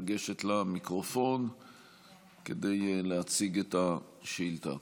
לגשת למיקרופון כדי להציג את השאילתה.